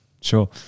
Sure